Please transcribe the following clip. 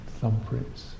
thumbprints